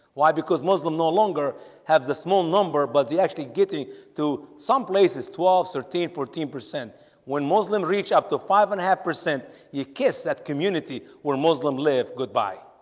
why because muslim no longer have the small number? but they actually getting to some places twelve thirteen fourteen percent when muslim reach up to five and a half percent yeah kiss at community were muslim live. goodbye